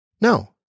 No